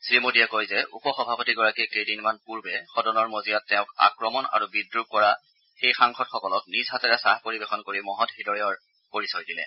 শ্ৰীমোদীয়ে কয় যে উপ সভাপতিগৰাকীয়ে কেইদিনমান পূৰ্বে সদনৰ মজিয়াত তেওঁক আক্ৰমণ আৰু বিদ্ৰুপ কৰা সেই সাংসদসকলক নিজ হাতেৰে চাহ পৰিৱেশন কৰি মহৎ হৃদয়ৰ পৰিচয় দিলে